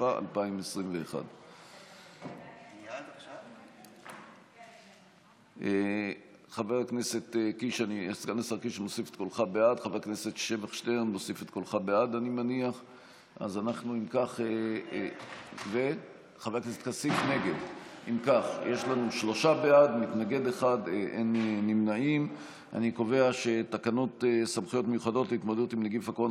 התשפ"א 2021. תקנות סמכויות מיוחדות להתמודדות עם נגיף הקורונה